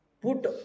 put